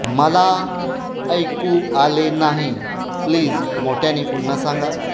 मला ऐकू आले नाही प्लीज मोठ्याने पुन्हा सांगा